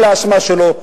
כל האשמה שלו,